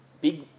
big